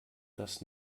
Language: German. das